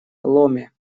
ломе